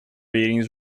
ratings